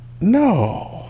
No